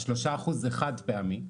ה-3% זה חד פעמי ואני,